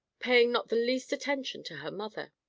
paying not the least attention to her mother.